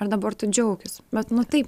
ir dabar tu džiaukis bet nu taip